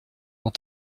dans